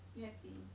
月饼